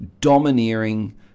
domineering